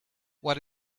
what